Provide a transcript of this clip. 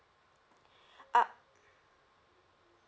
ah